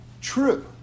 true